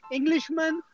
Englishman